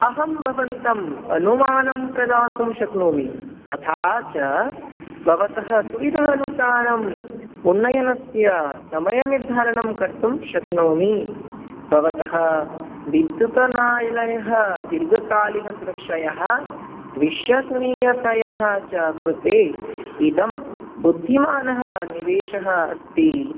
अहं भवन्तम् अनुमानं प्रदातुं शक्नोमि तथा च भवतः सुविधानुसारम् उन्नयनस्य समयनिर्धारणं कर्तुं शक्नोमि भवतः बिद्युतनालयः दीर्घकालीनसुरक्षायाः विश्वसनीयतायाः च कृते इदं बुद्धिमानः निवेशः अस्ति